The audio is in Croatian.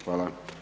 Hvala.